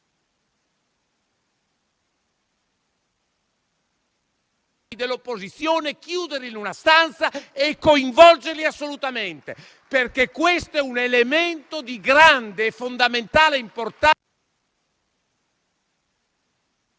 dell'opposizione vanno chiusi in una stanza per coinvolgerli assolutamente, perché questo è un elemento di fondamentale importanza...